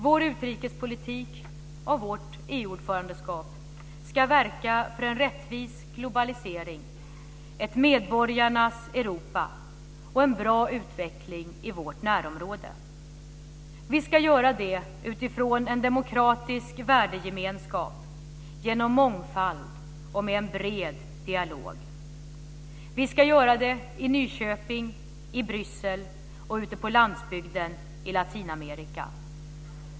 Vår utrikespolitik och vårt EU-ordförandeskap ska verka för en rättvis globalisering, ett medborgarnas Europa och en bra utveckling i vårt närområde. Vi ska göra det utifrån en demokratisk värdegemenskap, genom mångfald och med en bred dialog. Vi ska göra det i Nyköping, i Bryssel och ute på landsbygden i Latinamerika.